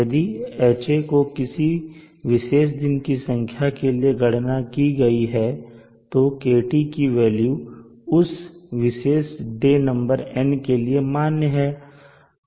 यदि Ha को किसी विशेष दिन की संख्या के लिए गणना की गई है तो KT की वेल्यू उस विशेष डे नंबर N के लिए मान्य है